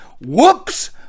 whoops